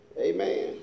Amen